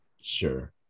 Sure